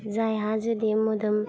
जायहा जुदि मोदोम